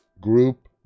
group